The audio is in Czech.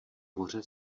moře